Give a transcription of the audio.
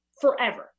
forever